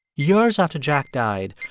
years after jack died,